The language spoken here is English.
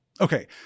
Okay